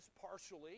partially